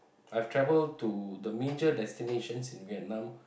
I'll travelled to the major destinations in Vietnam